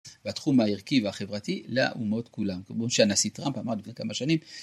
בתחום הערכי והחברתי לאומות כולם. כמו שהנשיא טראמפ אמר לפני כמה שנים.